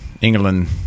England